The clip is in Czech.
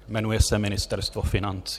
Jmenuje se Ministerstvo financí.